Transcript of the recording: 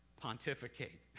pontificate